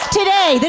today